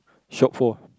shop for